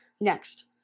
next